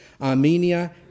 Armenia